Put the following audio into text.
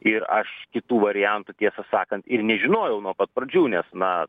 ir aš kitų variantų tiesą sakant ir nežinojau nuo pat pradžių nes na